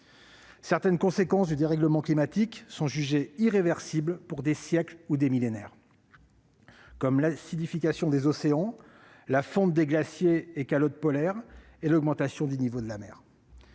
Certaines conséquences du dérèglement climatique sont jugées « irréversibles pour des siècles ou des millénaires », comme l'acidification des océans, la fonte des glaciers et calottes polaires et l'augmentation du niveau de la mer.